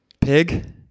Pig